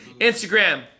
instagram